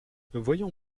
voyons